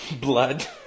blood